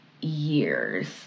years